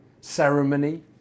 ceremony